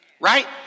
right